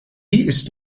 ist